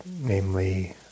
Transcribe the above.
namely